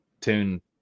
tune